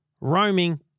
roaming